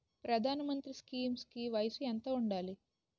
ప్రధాన మంత్రి స్కీమ్స్ కి వయసు ఎంత ఉండాలి?